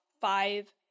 five